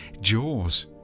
Jaws